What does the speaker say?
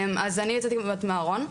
אז אני יצאתי באמת מהארון,